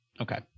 okay